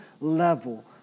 level